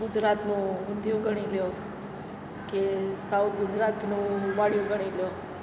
ગુજરાતનું ઊંધિયુ ગણી લો કે સાઉથ ગુજરાતનું ઊંબાડિયું ગણી લો